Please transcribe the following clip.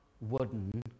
wooden